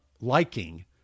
liking